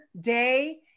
Day